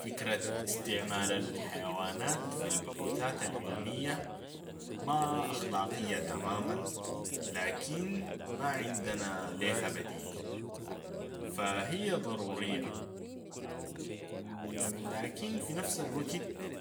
فكرة استعمال الحيوانات في البحوثات العلمية ما أخلاقية تماما، لكن ما عندنا لها بديل فهي ضرورية و لكن في نفس الوقت